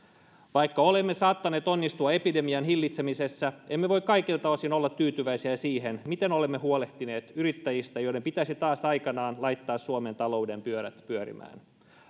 vaikka olemme saattaneet onnistua epidemian hillitsemisessä emme voi kaikilta osin olla tyytyväisiä siihen miten olemme huolehtineet yrittäjistä joiden pitäisi taas aikanaan laittaa suomen talouden pyörät pyörimään